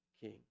king